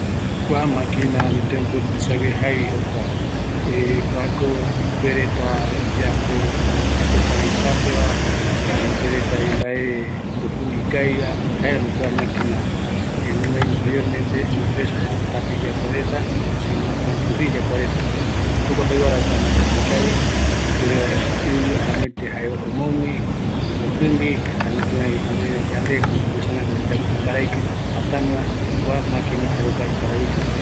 Kua maquina tuisague jaevi, oyapo vaera mbaravɨkɨ tape ombojïmbi vaera, omoaï vaera ɨvɨ, kua jeta omeevi yomborɨ, öime yave mbaravɨkɨ tuisa